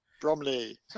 Bromley